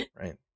right